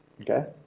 Okay